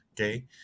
okay